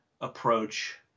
approach